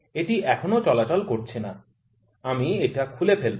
এটি এখনও চলাচল করছে না আমি এটা খুলে ফেলব